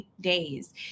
days